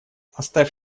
оставь